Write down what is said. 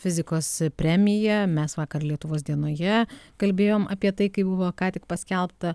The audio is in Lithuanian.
fizikos premija mes vakar lietuvos dienoje kalbėjom apie tai kai buvo ką tik paskelbta